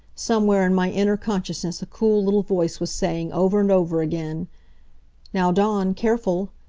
somewhere in my inner consciousness a cool little voice was saying, over and over again now, dawn, careful!